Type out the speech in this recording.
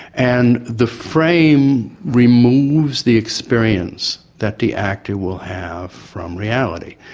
and the frame removes the experience that the actor will have from reality.